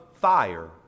fire